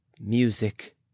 music